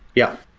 yeah.